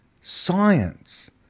science